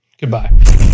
Goodbye